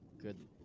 good